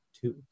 two